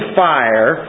fire